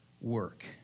work